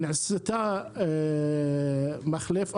נעשה מחלף,